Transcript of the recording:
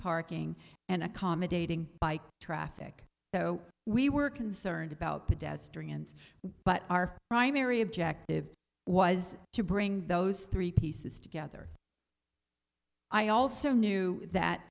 parking and accommodating bike traffic though we were concerned about pedestrians but our primary objective was to bring those three pieces together i also knew that